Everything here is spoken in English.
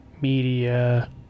media